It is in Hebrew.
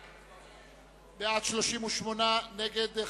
בעד, 54, נגד.